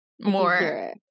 more